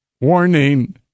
warning